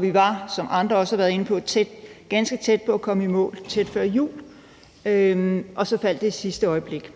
Vi var, som andre også har været inde på, ganske tæt på at komme i mål tæt på jul, og så faldt det i sidste øjeblik.